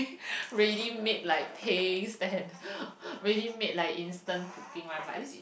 ready made like pays and ready made like instant cooking one but at least it is